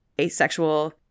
asexual